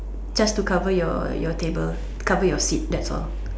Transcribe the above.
just to cover your your table cover your seat that's all